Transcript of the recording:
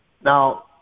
Now